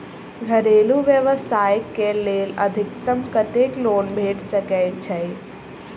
घरेलू व्यवसाय कऽ लेल अधिकतम कत्तेक लोन भेट सकय छई?